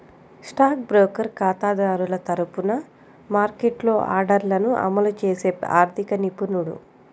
stock broker ఖాతాదారుల తరపున మార్కెట్లో ఆర్డర్లను అమలు చేసే ఆర్థిక నిపుణుడు